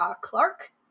Clark